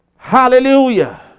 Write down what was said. Hallelujah